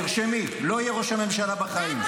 תרשמי: לא יהיה ראש הממשלה בחיים.